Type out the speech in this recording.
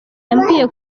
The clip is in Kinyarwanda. yambwiye